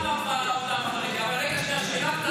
המרכזית לסטטיסטיקה.